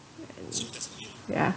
ya